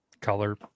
color